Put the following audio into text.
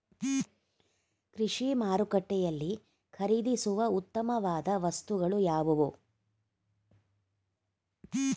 ಕೃಷಿ ಮಾರುಕಟ್ಟೆಯಲ್ಲಿ ಖರೀದಿಸುವ ಉತ್ತಮವಾದ ವಸ್ತುಗಳು ಯಾವುವು?